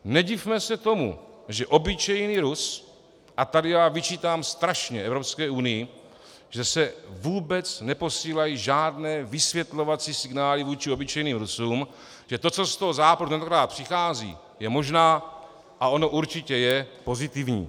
Nedivme se tomu, že obyčejný Rus, a tady já vyčítám strašně Evropské unii, že se vůbec neposílají žádné vysvětlovací signály vůči obyčejným Rusům, že to, co z toho Západu tentokrát přichází, je možná a ono určitě je pozitivní.